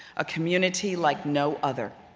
a community like no other.